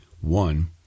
One